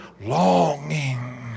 longing